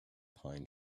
pine